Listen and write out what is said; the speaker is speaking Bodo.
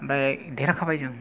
ओमफ्राय देरहाखाबाय जों